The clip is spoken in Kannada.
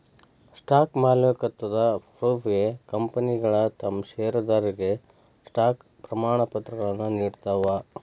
ಸ್ಟಾಕ್ ಮಾಲೇಕತ್ವದ ಪ್ರೂಫ್ಗೆ ಕಂಪನಿಗಳ ತಮ್ ಷೇರದಾರರಿಗೆ ಸ್ಟಾಕ್ ಪ್ರಮಾಣಪತ್ರಗಳನ್ನ ನೇಡ್ತಾವ